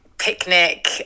picnic